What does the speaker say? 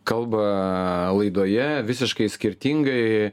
kalba laidoje visiškai skirtingai